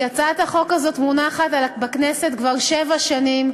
כי הצעת החוק הזאת מונחת בכנסת כבר שבע שנים.